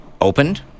opened